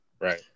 Right